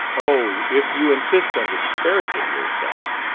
oh, if you insist on disparaging yourself!